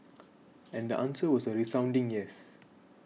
and the answer was a resounding yes